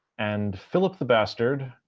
and philip the bastard,